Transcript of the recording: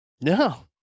No